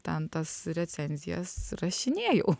ten tas recenzijas rašinėjau